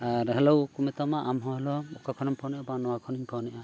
ᱟᱨ hello ᱠᱚ ᱢᱮᱛᱟᱢᱟ ᱟᱢᱦᱚᱸ ᱦᱮᱞᱳ ᱚᱠᱟᱠᱷᱚᱱᱮᱢ ᱯᱷᱚᱱᱮᱜᱼᱟ ᱵᱟᱝ ᱱᱚᱣᱟ ᱠᱷᱚᱱᱤᱧ ᱯᱷᱳᱱᱮᱜᱼᱟ